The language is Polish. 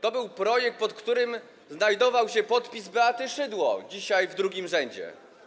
To był projekt, pod którym znajdował się podpis Beaty Szydło, siedzącej dzisiaj w drugim rzędzie.